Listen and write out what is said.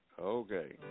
Okay